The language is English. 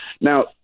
Now